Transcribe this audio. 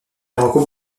regroupe